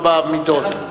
במידות.